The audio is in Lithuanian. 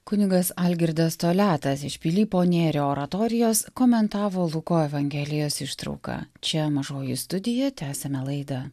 kunigas algirdas toliatas iš pilypo nėrio oratorijos komentavo luko evangelijos ištrauką čia mažoji studija tęsiame laidą